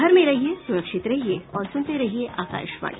घर में रहिये सुरक्षित रहिये और सुनते रहिये आकाशवाणी